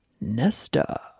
Nesta